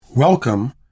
Welcome